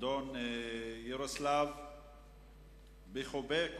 אדון ירוסלב ביחובקוב.